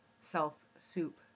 self-soup